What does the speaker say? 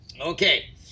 Okay